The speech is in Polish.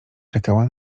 czekała